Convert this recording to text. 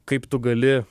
kaip tu gali